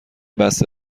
بسته